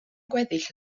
gweddill